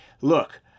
look